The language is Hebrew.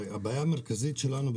הבעיה המרכזית שלנו,